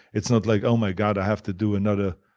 it's not like, oh my god i have to do another,